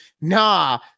nah